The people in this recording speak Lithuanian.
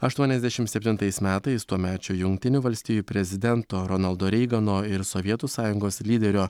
aštuoniasdešimt septintais metais tuomečio jungtinių valstijų prezidento ronaldo reigano ir sovietų sąjungos lyderio